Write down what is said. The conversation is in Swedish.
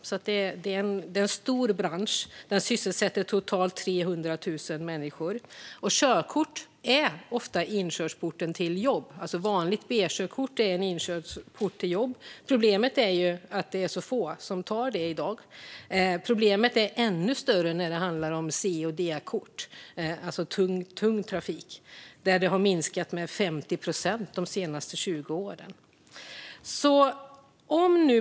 Det är alltså en stor bransch; den sysselsätter totalt 300 000 människor. Vanligt B-körkort är ofta en inkörsport till jobb. Problemet är att det är så få som tar körkort i dag. Och problemet är ännu större när det handlar om C och D-kort, alltså för tung trafik. Där har det minskat med 50 procent de senaste 20 åren.